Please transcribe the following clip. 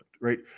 right